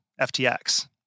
FTX